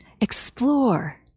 Explore